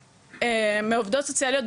אחת הנקודות החשובות